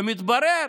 ומתברר